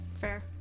fair